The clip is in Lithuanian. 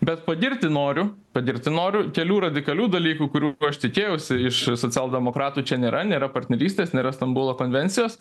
bet pagirti noriu pagirti noriu kelių radikalių dalykų kurių aš tikėjausi iš socialdemokratų čia nėra nėra partnerystės nėra stambulo konvencijos